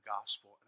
gospel